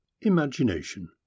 Imagination